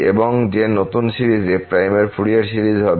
এবং যে নতুন সিরিজ f এর ফুরিয়ার সিরিজ হবে